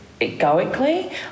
egoically